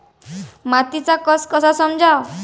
मातीचा कस कसा समजाव?